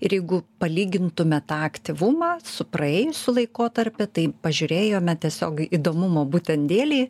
ir jeigu palygintume tą aktyvumą su praėjusiu laikotarpiu tai pažiūrėjome tiesiog įdomumo būtent dėlei